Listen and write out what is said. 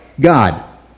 God